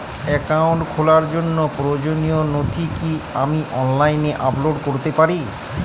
Account খোলার জন্য প্রয়োজনীয় নথি কি আমি অনলাইনে আপলোড করতে পারি?